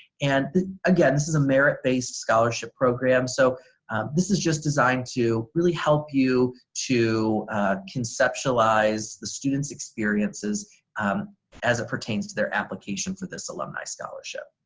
and again this is a merit-based scholarship program so this is just designed to really help you to conceptualize the students experiences um as it pertains to their application for this alumni scholarship.